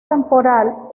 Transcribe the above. temporal